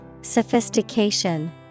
Sophistication